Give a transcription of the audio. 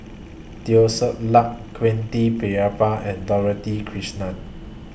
Teo Ser Luck Quentin Pereira and Dorothy Krishnan